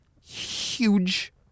huge